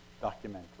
documentary